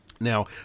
Now